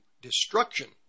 destruction